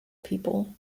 people